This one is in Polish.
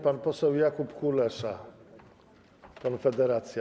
Pan poseł Jakub Kulesza, Konfederacja.